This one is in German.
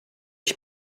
ich